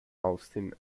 austin